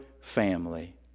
family